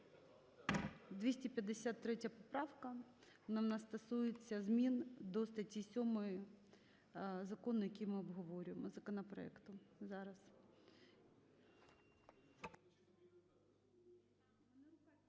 253 поправка, вона в нас стосується змін до статті 7 закону, який ми обговорюємо, законопроекту.